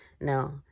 no